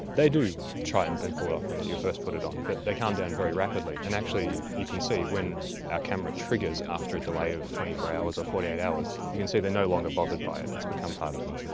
they do try and and pull it off when you first put it on, but they calm down very rapidly, and actually you can see, when our camera triggers after a delay of twenty four hours or forty eight hours, you can see they're no longer bothered by it, it's become part of them.